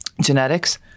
Genetics